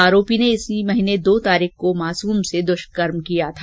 आरोपी ने इसी महीने दो तारीख को मासूम से दुष्कर्म किया था